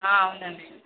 అవునండి